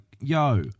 yo